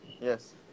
Yes